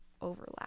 overlap